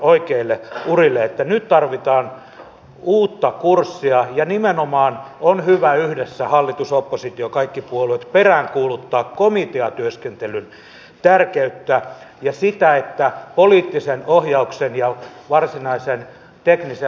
oli hyvä että tuli esille tämä että työstä on maksettava palkka koska todellakin nämä maatilat olivat puhuneet palkkatyöstä että he palkkaisivat näitä turvapaikanhakijoita töihin